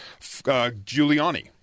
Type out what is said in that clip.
Giuliani